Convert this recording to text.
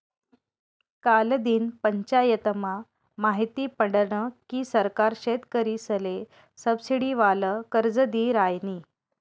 कालदिन पंचायतमा माहिती पडनं की सरकार शेतकरीसले सबसिडीवालं कर्ज दी रायनी